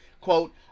Quote